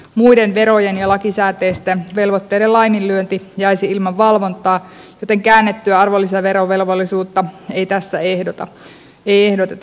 muiden verojen ja lakisääteisten velvoitteiden laiminlyönti jäisi ilman valvontaa joten käännettyä arvonlisäverovelvollisuutta ei tässä ehdoteta